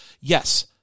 yes